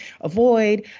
avoid